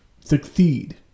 succeed